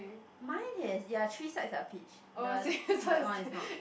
mine is ya three sides are peach the black one is not